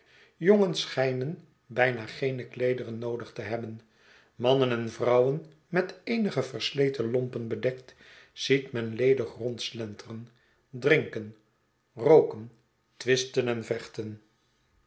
jongens schijnen byna geene kleederen noodig te hebben mannen en vrouwen met eenige versletene lompen bedekt ziet men ledig rondslenteren drinken rooken twisten en vechten